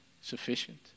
sufficient